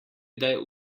kdaj